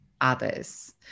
others